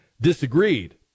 disagreed